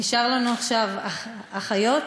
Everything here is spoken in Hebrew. נשאר לנו עכשיו אחיות,